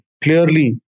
clearly